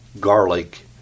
garlic